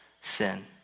sin